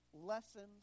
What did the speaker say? lessons